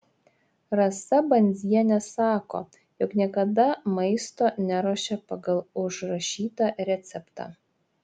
rasa bandzienė sako jog niekada maisto neruošia pagal užrašytą receptą